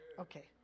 Okay